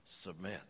Submit